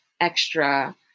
extra